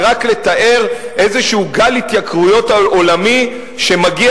ורק לתאר איזה גל התייקרויות עולמי שמגיע